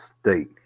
State